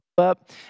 up